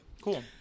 cool